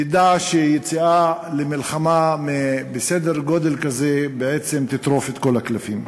יֵדע שיציאה למלחמה בסדר גודל כזה בעצם תטרוף את כל הקלפים,